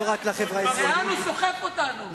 לאן הוא סוחף אותנו?